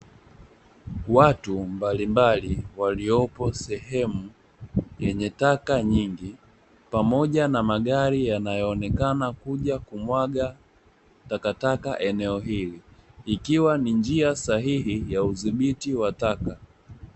Watu mbali mbali waliopo sehemu yenye taka nyingi, pamoja na magari yanayo onekana kuja kumwaga takataka eneo hili ikiwa ni njia sahihi ya udhibiti wa taka.